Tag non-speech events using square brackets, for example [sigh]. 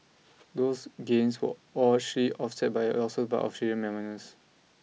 those gains were [unintelligible] offset by losses for [unintelligible] miners